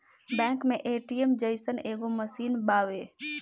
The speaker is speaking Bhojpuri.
बैंक मे ए.टी.एम जइसन एगो मशीन बावे